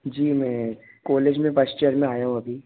जी मैं कॉलेज में first year में आया हूँ अभी